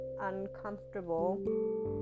uncomfortable